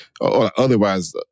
Otherwise